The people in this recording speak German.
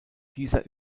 dieser